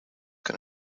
can